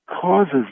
causes